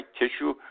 tissue